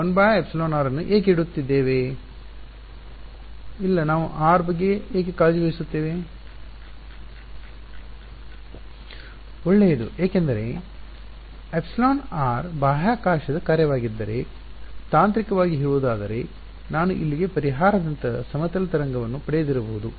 ವಿದ್ಯಾರ್ಥಿ ಇಲ್ಲ ನಾವು r ಬಗ್ಗೆ ಏಕೆ ಕಾಳಜಿ ವಹಿಸುತ್ತೇವೆ ಒಳ್ಳೆಯದು ಏಕೆಂದರೆ εr ಬಾಹ್ಯಾಕಾಶದ ಕಾರ್ಯವಾಗಿದ್ದರೆ ತಾಂತ್ರಿಕವಾಗಿ ಹೇಳುವುದಾದರೆ ನಾನು ಅಲ್ಲಿಗೆ ಪರಿಹಾರದಂತಹ ಸಮತಲ ತರಂಗವನ್ನು ಪಡೆಯದಿರಬಹುದು